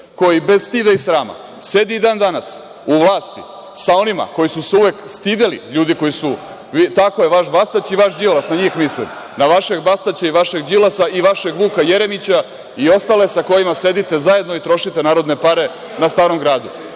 koji bez stida i srama sedi i dan-danas u vlasti sa onima koji su se uvek stideli ljudi…(Milorad Mirčić: Bastać.)Tako je, vaš Bastać i vaš Đilas, na njih mislim. Na vašeg Bastaća i vašeg Đilasa i vašeg Vuka Jeremića i ostale sa kojima sedite zajedno i trošite narodne pare na Starom Gradu,